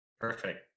Perfect